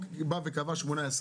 כי --- יפה,